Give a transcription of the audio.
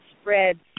spreads